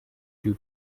two